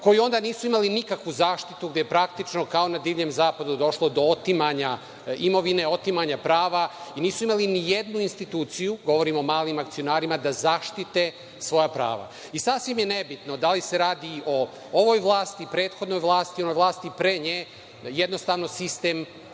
koji onda nisu imali nikakvu zaštitu gde praktično kao na divljem zapadu došlo do otimanja imovine, otimanja prava i nisu imali ni jednu instituciju, govorim o malim akcionarima da zaštite svoja prava. Sasvim je nebitno da li se radi o ovoj vlasti, prethodnoj vlasti, onoj vlasti pre nje, jednostavno sistem